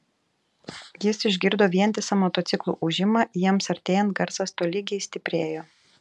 jis išgirdo vientisą motociklų ūžimą jiems artėjant garsas tolygiai stiprėjo